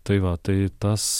tai va tai tas